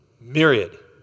Myriad